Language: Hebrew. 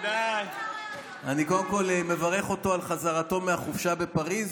אני קודם כול מברך אותו על חזרתו מהחופשה בפריז,